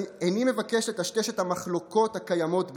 איני מבקש לטשטש את המחלוקות הקיימות בינינו,